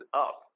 up